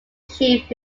chief